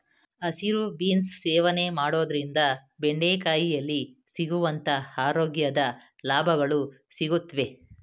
ಹಸಿರು ಬೀನ್ಸ್ ಸೇವನೆ ಮಾಡೋದ್ರಿಂದ ಬೆಂಡೆಕಾಯಿಯಲ್ಲಿ ಸಿಗುವಂತ ಆರೋಗ್ಯದ ಲಾಭಗಳು ಸಿಗುತ್ವೆ